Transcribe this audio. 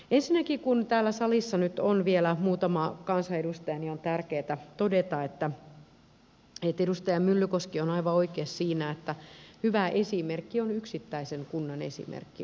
ensinnäkin kun täällä salissa nyt on vielä muutama kansanedustaja on tärkeätä todeta että edustaja myllykoski on aivan oikeassa siinä että hyvä esimerkki on yksittäisen kunnan esimerkki